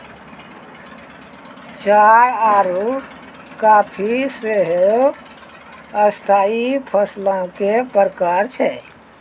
चाय आरु काफी सेहो स्थाई फसलो के प्रकार छै